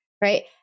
right